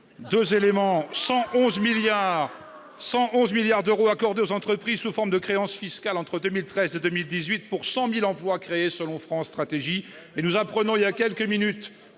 11 milliards 111 milliards d'euros accordés aux entreprises sous forme de créance fiscale entre 2013, 2018 pour 100 1000 emplois créés, selon France Stratégie mais nous apprenons il y a quelques minutes,